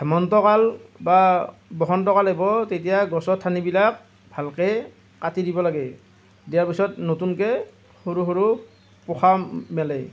হেমন্ত কাল বা বসন্ত কাল আহিব তেতিয়া গছৰ ঠানিবিলাক ভালকৈ কাটি দিব লাগে দিয়াৰ পিছত নতুনকৈ সৰু সৰু পোখা মেলে